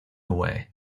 away